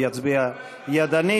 הוא יצביע ידנית.